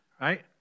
right